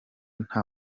nta